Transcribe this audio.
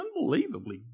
unbelievably